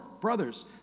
brothers